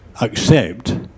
accept